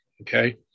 okay